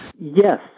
Yes